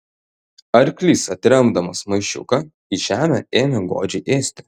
arklys atremdamas maišiuką į žemę ėmė godžiai ėsti